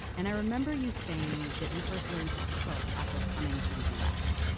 and i remember you saying that you first learned to cook after coming to the u s.